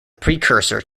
precursor